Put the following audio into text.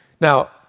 Now